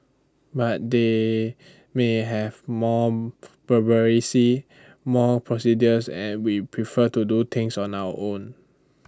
but they may have more more procedures and we prefer to do things on our own